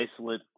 isolate